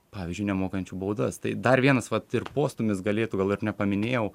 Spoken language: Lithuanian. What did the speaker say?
pavyzdžiui nemokančių baudas tai dar vienas vat ir postūmis galėtų gal ir nepaminėjau